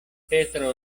petro